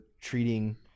treating